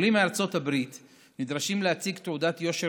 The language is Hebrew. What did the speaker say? עולים מארצות הברית נדרשים להציג תעודת יושר